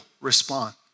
respond